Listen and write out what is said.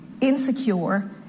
insecure